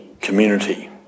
community